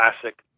Classic